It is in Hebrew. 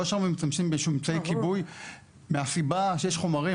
לא ישר משתמשים באיזשהו אמצעי כיבוי מהסיבה שיש חומרים,